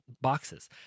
boxes